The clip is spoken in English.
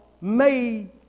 made